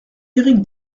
éric